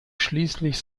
schließlich